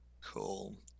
Cool